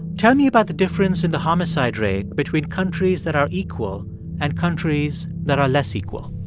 tell me about the difference in the homicide rate between countries that are equal and countries that are less equal